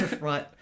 Right